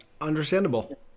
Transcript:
Understandable